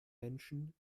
menschen